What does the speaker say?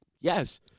yes